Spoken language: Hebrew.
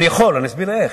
אני יכול, אני אסביר איך.